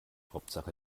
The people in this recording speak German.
hauptsache